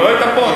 אבל לא היתה פה,